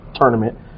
Tournament